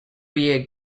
year